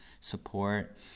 support